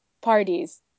parties